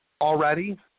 already